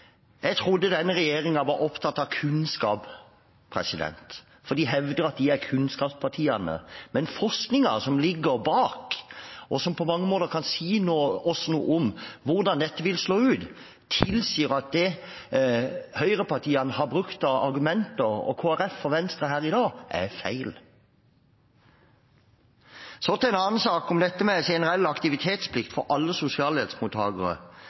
Jeg trodde denne regjeringen var opptatt av kunnskap, for de hevder at de er kunnskapspartiene, men forskningen som ligger bak, og som på mange måter kan si oss noe om hvordan dette vil slå ut, tilsier at det høyrepartiene, Kristelig Folkeparti og Venstre har brukt av argumenter her i dag, er feil. Så til en annen sak, om dette med generell aktivitetsplikt for alle